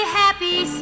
happy